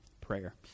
prayer